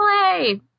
play